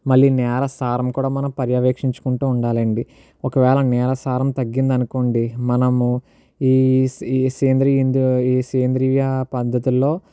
మళ్ళీ నేల సారం కూడా మనం పర్యవేక్షించుకుంటూ ఉండాలండీ ఒకవేళ నేల సారం తగ్గిందనుకోండీ మనము ఈ సేంద్రీయ ఈ సేంద్రీయ పద్ధతుల్లో